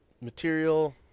material